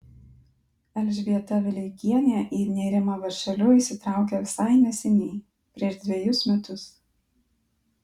elžbieta vileikienė į nėrimą vąšeliu įsitraukė visai neseniai prieš dvejus metus